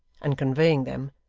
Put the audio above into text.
and conveying them,